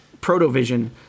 Protovision